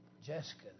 Jessica